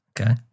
Okay